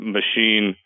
machine